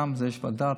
יש ועדה.